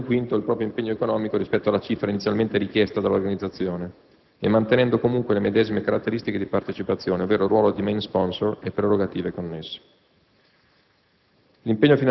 quindi, ad un quinto il proprio impegno economico, rispetto alla cifra inizialmente richiesta dall'organizzazione e mantenendo, comunque, le medesime caratteristiche di partecipazione (ovvero ruolo di *main sponsor* e prerogative connesse).